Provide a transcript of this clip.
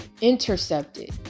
intercepted